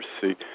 See